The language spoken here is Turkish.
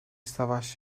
savaş